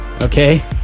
Okay